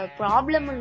problem